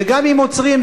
וגם אם עוצרים,